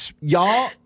y'all